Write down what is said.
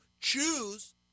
choose